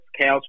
cows